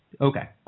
Okay